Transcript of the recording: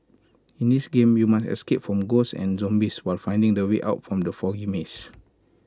in this game you must escape from ghosts and zombies while finding the way out from the foggy maze